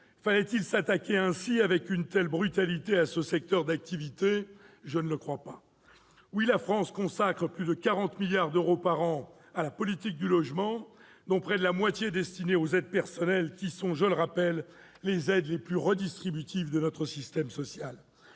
fallait-il s'attaquer ainsi, avec une telle brutalité, à ce secteur d'activité ? Je ne le crois pas. Oui, la France consacre plus de 40 milliards d'euros par an à la politique du logement, dont près de la moitié est destinée aux aides personnelles, qui sont, je le rappelle, les aides les plus redistributives de notre système social